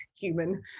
human